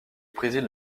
préside